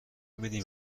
میدین